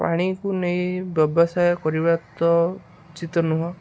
ପାଣିକୁ ନେଇ ବ୍ୟବସାୟ କରିବା ତ ଉଚିତ ନୁହେଁ